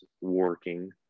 working